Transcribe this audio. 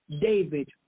David